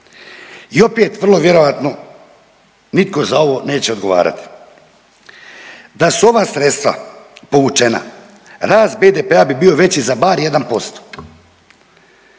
i opet vrlo vjerojatno nitko za ovo neće odgovarati. Da su ova sredstva povućena, rast BDP-a bi bio veći za bar 1%,